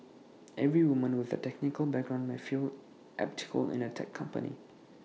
every women with A technical background may feel atypical in A tech company